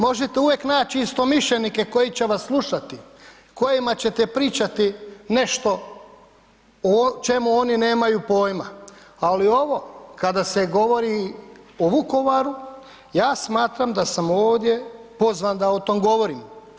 Možete uvijek naći istomišljenike koji će vas slušati, kojima ćete pričati nešto o čemu oni nemaju pojma ali ovo kada se govori o Vukovaru ja smatram da sam ovdje pozvan da o tom govorim.